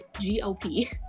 G-O-P